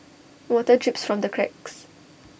water drips from the cracks